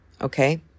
Okay